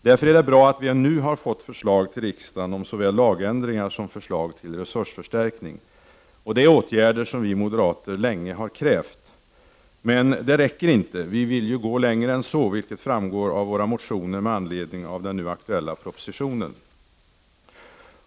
Därför är det bra att vi nu har fått förslag om såväl lagändringar som resursförstärkning. Det är åtgärder som vi moderater länge har krävt. Men det räcker inte. Vi vill gå längre än så, vilket framgår av våra motioner med anledning av den nu aktuella propositionen.